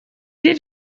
did